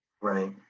Right